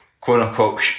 quote-unquote